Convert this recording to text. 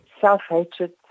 self-hatred